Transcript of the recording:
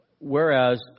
Whereas